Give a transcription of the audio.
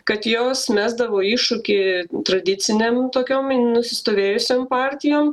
kad jos mesdavo iššūkį tradicinėm tokiom nusistovėjusiom partijom